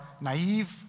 naive